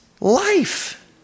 life